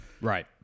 Right